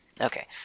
Okay